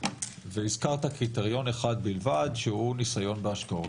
והזכרת קריטריון אחד בלבד שהוא נסיון בהשקעות.